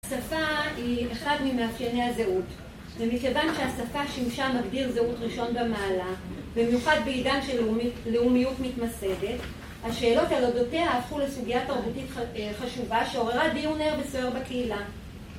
השפה היא אחד ממאפייני הזהות ומכיוון שהשפה שימשה מגדיר זהות ראשון במעלה במיוחד בעידן של לאומיות מתמסדת השאלות על אודותיה הפכו לסוגיה תרבותית חשובה שעוררה דיון ער וסוער בקהילה